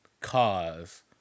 cause